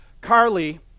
Carly